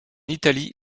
italie